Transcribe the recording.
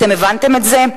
אתם הבנתם את זה?